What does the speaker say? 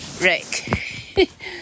Rick